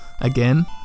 Again